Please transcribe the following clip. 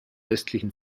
östlichen